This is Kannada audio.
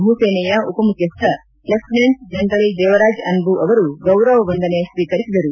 ಭೂಸೇನೆಯ ಉಪಮುಖ್ಯಸ್ಥ ಲೆಫ್ಟಿನೆಂಟ್ ಜನರಲ್ ದೇವರಾಜ್ ಅನ್ದು ಅವರು ಗೌರವವಂದನೆ ಸ್ವೀಕರಿಸಿದರು